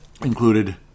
included